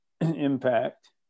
impact